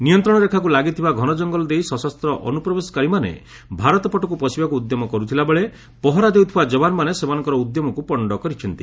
ନିୟନ୍ତ୍ରଣରେଖାକୁ ଲାଗିଥିବା ଘନ ଜଙ୍ଗଲ ଦେଇ ସଶସ୍ତ୍ର ଅନୁପ୍ରବେଶକାରୀମାନେ ଭାରତ ପଟକୁ ପଶିବାକୁ ଉଦ୍ୟମ କରୁଥିଲାବେଳେ ପହରା ଦେଉଥିବା ଯବାନମାନେ ସେମାନଙ୍କର ଉଦ୍ୟମକୁ ପଶ୍ଚ କରିଛନ୍ତି